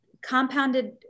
Compounded